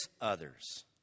others